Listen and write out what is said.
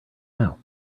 now